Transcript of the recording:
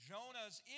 Jonah's